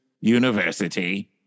university